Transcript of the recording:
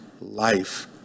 life